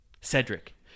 cedric